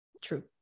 true